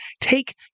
take